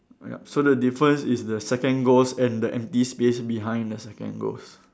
ya so the difference is the second ghost and the empty space behind the second ghost